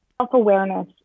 Self-awareness